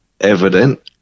evident